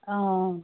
অঁ